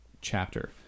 chapter